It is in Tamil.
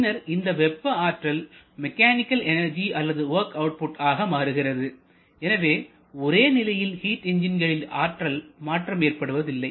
பின்னர் இந்த வெப்பஆற்றல் மெக்கானிக்கல் எனர்ஜி அல்லது வொர்க் அவுட்புட் ஆக மாறுகிறது எனவே ஒரே நிலையில் ஹீட் என்ஜின்களின் ஆற்றல் மாற்றம் ஏற்படுவதில்லை